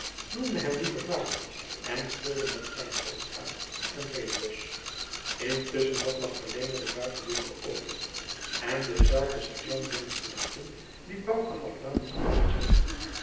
noemde hem lieve vader en speelde met zijne halskraag en vederbos intusschen had magdalena de buitendeur geöpend en denzelfden serjeant binnen gelaten die bouke had laten gevangen zetten